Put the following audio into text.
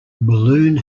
balloon